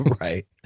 right